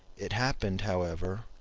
it happened, however,